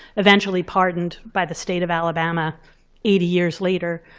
eventually pardoned by the state of alabama eighty years later.